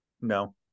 No